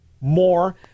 more